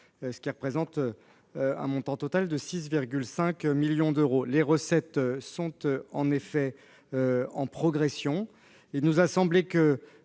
25 %, pour un montant total de 6,5 millions d'euros. Les recettes sont en effet en progression, et il nous a semblé que